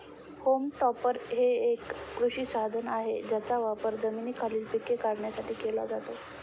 home topper हे एक कृषी साधन आहे ज्याचा वापर जमिनीखालील पिके काढण्यासाठी केला जातो